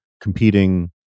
competing